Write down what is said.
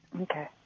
Okay